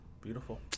beautiful